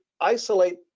isolate